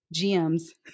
GM's